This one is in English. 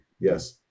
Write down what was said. Yes